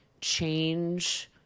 change